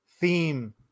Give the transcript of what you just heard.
theme